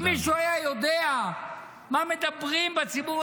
אם מישהו היה יודע מה מדברים בציבור